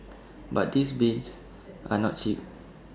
but these bins are not cheap